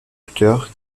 docteur